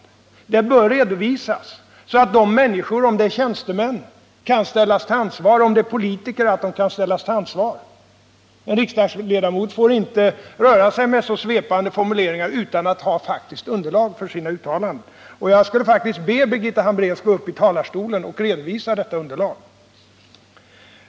Det underlaget bör redovisas, så att dessa människor, om de är tjänstemän eller politiker, kan ställas till ansvar. En riksdagsledamot får inte röra sig med så svepande formuleringar utan att ha faktiskt underlag för sina uttalanden. Jag ber därför Birgitta Hambraeus att redovisa sitt material.